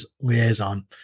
liaison